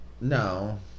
no